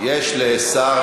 יש לשר,